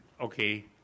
Okay